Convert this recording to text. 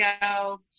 go